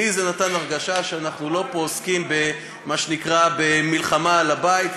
לי זה נתן הרגשה שאנחנו לא עוסקים פה במלחמה על הבית,